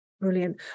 Brilliant